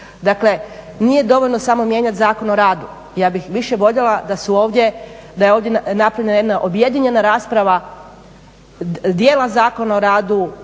Dakle, nije dovoljno samo mijenjati Zakon o radu, ja bih više voljela da su ovdje, da je ovdje napravljena jedna objedinjena rasprava dijela Zakona o radu,